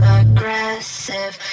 aggressive